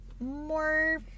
more